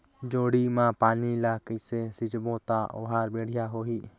जोणी मा पानी ला कइसे सिंचबो ता ओहार बेडिया होही?